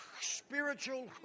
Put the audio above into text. spiritual